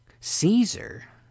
Caesar